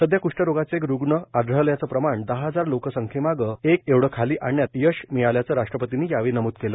सध्या कष्ठरोगाचे रूग्ण आढळण्याचं प्रमाण दहा हजार लोकसंख्येमागं एक एवढं खाली आणण्यात यश मिळाल्याचं राष्ट्रपतींनी यावेळी नमूद केलं